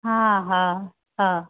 हा हा हा